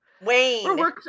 Wayne